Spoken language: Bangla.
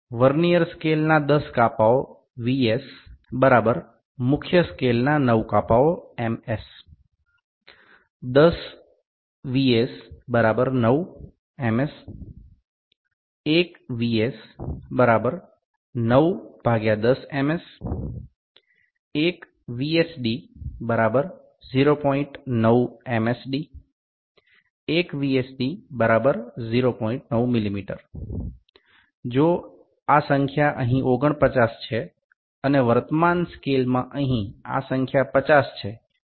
ভার্নিয়ার স্কেল VS এর ১০ টি বিভাগ প্রধান স্কেলের ৯ টি বিভাগ MS ১০ VS ৯ MS ১ VS ৯১০ MS ১ VSD ০৯ MSD ১ VSD ০৯ mm বর্তমান স্কেলটিতে এই সংখ্যাটি এখানে ৪৯ এবং এই সংখ্যা ৫০ হলে কী হবে